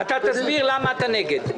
אתה תסביר למה אתה נגד.